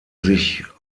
sich